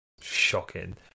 shocking